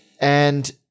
And-